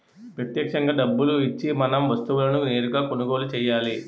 ప్రత్యక్షంగా డబ్బులు ఇచ్చి మనం వస్తువులను నేరుగా కొనుగోలు చేయాలి